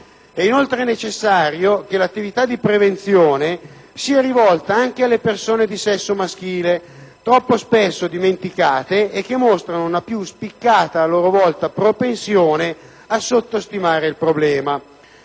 È inoltre necessario che l'attività di prevenzione sia rivolta anche alle persone di sesso maschile, troppo spesso dimenticate, che mostrano a loro volta una più spiccata propensione a sottostimare il problema.